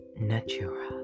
Natura